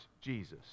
Jesus